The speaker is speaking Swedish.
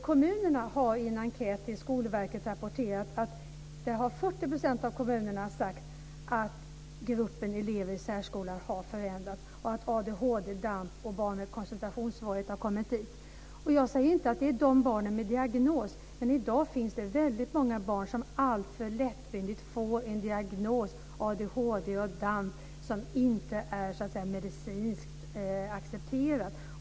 Kommunerna har i enkät till Skolverket rapporterat att 40 % av kommunerna har sagt att den grupp elever som går i särskolan har förändrats och att barn med ADHD, DAMP och koncentrationssvårigheter har kommit dit. Jag säger inte att de barn som har fått diagnos inte ska gå i särskolan, men i dag får väldigt många barn alltför lättvindigt en diagnos - ADHD och DAMP - som inte är medicinskt accepterad.